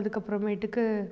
அதுக்கப்புறமேட்டுக்கு